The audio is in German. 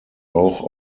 auch